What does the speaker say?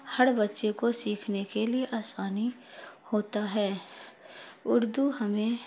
ہر بچے کو سیکھنے کے لیے آسانی ہوتا ہے اردو ہمیں